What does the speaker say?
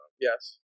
Yes